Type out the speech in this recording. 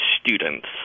students